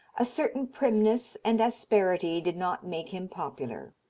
a certain primness and asperity did not make him popular.